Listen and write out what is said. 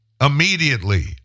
immediately